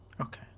Okay